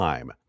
Time